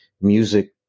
music